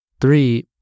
Three